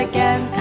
Again